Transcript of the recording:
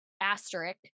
asterisk